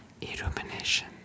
Illumination